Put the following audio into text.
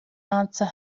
answer